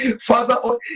Father